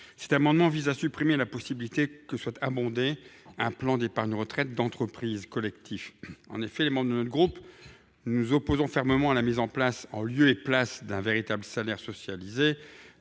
Cet amendement vise à supprimer la possibilité que soit abondé un plan d’épargne retraite d’entreprise collectif (Pereco). En effet, notre groupe s’oppose fermement à la généralisation, en lieu et place d’un véritable salaire socialisé,